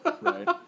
Right